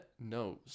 knows